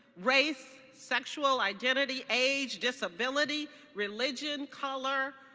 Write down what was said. race, sexual identity, age, disability, religion, color,